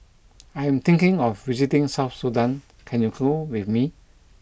I am thinking of visiting South Sudan can you go with me